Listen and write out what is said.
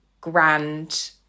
grand